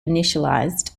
initialized